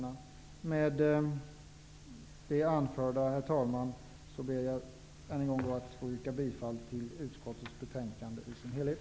Herr talman! Med det anförda ber jag än en gång att få yrka bifall till utskottets hemställan i betänkandet.